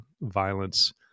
violence